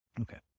Okay